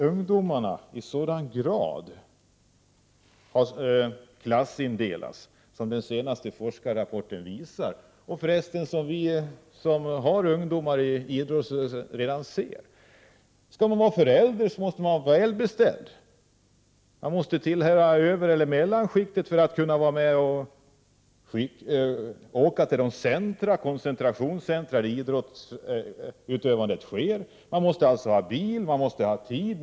Ungdomarna har ju i hög grad klassindelats, som den senaste forskarrapporten visar och som vi som har ungdomar inom idrottsrörelsen redan ser. Är man förälder till sådana ungdomar måste man vara välbeställd. Man måste tillhöra övereller mellanskiktet för att kunna vara med och åka till de centra där idrottsutövandet sker, man måste ha bil, man måste ha tid.